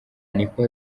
niko